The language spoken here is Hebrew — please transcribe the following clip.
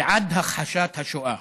ועד הכחשת השואה.